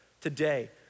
today